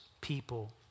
people